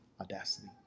audacity